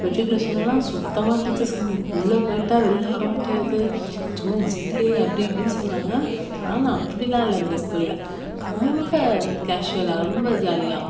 மெட்ரிகுலேஷன்லெலாம் சுத்தமாக டீச்சர்ஸுங்கள் உள்ளே போயிட்டால் வெளியில வர முடியாது சும்மா ஜெயிலு அப்படி இப்படின்னு சொல்லுவாங்க ஆனால் அப்படிலாம் இல்லை இந்த ஸ்கூலில் ரொம்ப கேஷுவலாக ரொம்ப ஜாலியாக